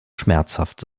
schmerzhaft